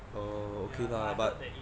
uh okay lah but